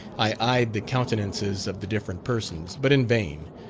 eyed the countenances of the different persons, but in vain,